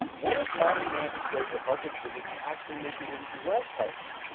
what if modern man's approach to health and fitness is actually making him less healthy?